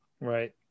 right